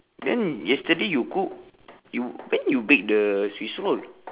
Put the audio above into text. then yesterday you cook you when you bake the swiss roll